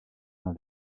d’un